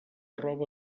roba